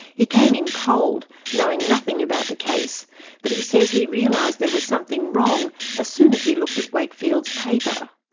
he came in cold, knowing nothing about the case but he says he realised there was something wrong as soon as he looked at wakefield's paper.